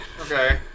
okay